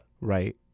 Right